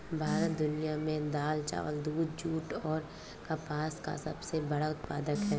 भारत दुनिया में दाल, चावल, दूध, जूट और कपास का सबसे बड़ा उत्पादक है